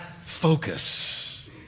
focus